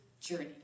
journey